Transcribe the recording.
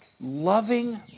loving